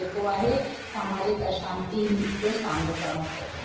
जेको आहे सामाजिक आशांति जो सामनो करिणो पिए थो